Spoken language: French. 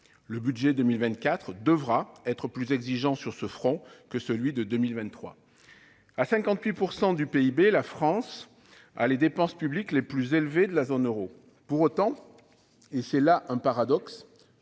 Le budget pour 2024 devra donc être plus exigeant sur ce front que celui de 2023. À 58 % du PIB, la France a le taux de dépenses publiques le plus élevé de la zone euro. Pour autant- c'est à la fois un paradoxe,